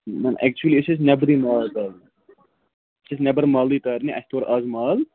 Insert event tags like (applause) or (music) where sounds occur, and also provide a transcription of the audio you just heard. نَہ نَہ اٮ۪کچُلی أسۍ ٲسۍ نٮ۪بر (unintelligible) أسۍ ٲسۍ نٮ۪بر مالٕے تارنہِ اَسہِ تور آز مال